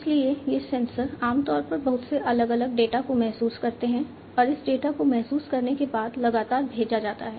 इसलिए ये सेंसर आमतौर पर बहुत से अलग अलग डेटा को महसूस करते हैं और इस डेटा को महसूस करने के बाद लगातार भेजा जाता है